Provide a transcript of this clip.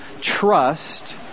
trust